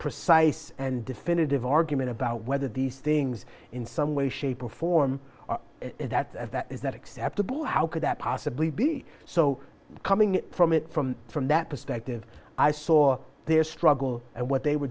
precise and definitive argument about whether these things in some way shape or form that that is that acceptable how could that possibly be so coming from it from from that perspective i saw their struggle and what they were